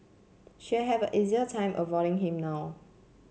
she'll have a easier time avoiding him now